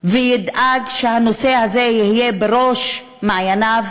וידאג שהנושא הזה יהיה בראש מעייניו